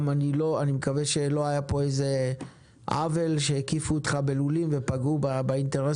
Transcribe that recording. אני מקווה שלא היה פה איזה עוול שהקיפו אותך בלולים ופגעו לך באינטרס.